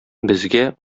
безгә